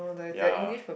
ya